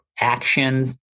actions